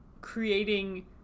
creating